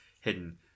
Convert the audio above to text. hidden